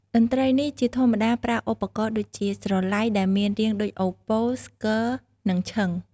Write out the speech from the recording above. តន្ត្រីនេះជាធម្មតាប្រើឧបករណ៍ដូចជា ស្រឡៃ មានរាងដូចអូប៉ូ ស្គរ និងឈិង។